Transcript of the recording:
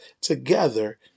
together